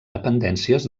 dependències